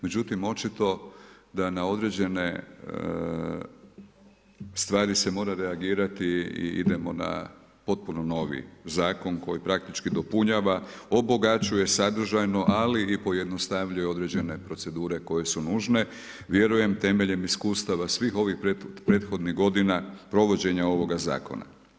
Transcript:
Međutim, očito da na određene stvari se mora reagirati, idemo na potpuno novi zakon koji praktički dopunjava, obogaćuje sadržajno ali i pojednostavljuje određene procedure koje su nužne vjerujem temeljem iskustava svih ovih prethodnih godina provođenja ovoga zakona.